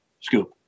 scoop